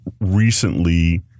recently